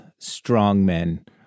strongmen